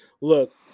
look